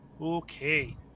Okay